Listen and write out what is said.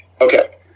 Okay